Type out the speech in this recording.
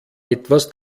etwas